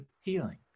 healing